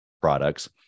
products